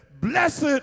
Blessed